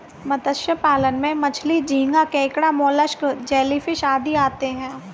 मत्स्य पालन में मछली, झींगा, केकड़ा, मोलस्क, जेलीफिश आदि आते हैं